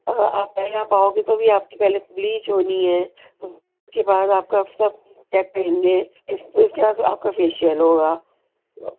اب آپ پہلے آپ آؤگے تبھی آپ کے پہلے بلیچ ہونی ہے اُس کے بعد آپ کا اب سب چیک کریں گے پھر اُس کے بعد میں آپ کا فیشیل ہوگا